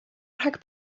rhag